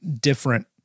different